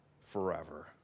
forever